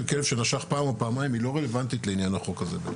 כלב שנשך פעם או פעמיים היא לא רלוונטית לעניין החוק הזה.